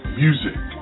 music